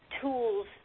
tools